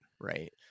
Right